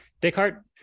Descartes